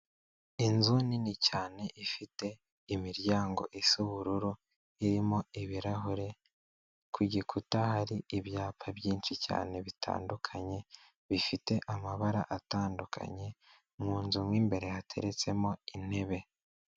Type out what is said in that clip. Inzu nini cyane ifite imiryango isa ubururu irimo ibirahure ku gikuta hari ibyapa byinshi cyane bitandukanye, bifite amabara atandukanye mu nzu mo imbere hateretsemo intebe.